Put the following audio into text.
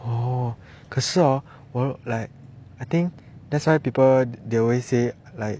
oh 可是 hor like I think that's why people they always say like